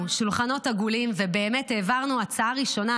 שולחנות עגולים ובאמת העברנו הצעה ראשונה,